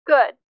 Good